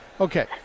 okay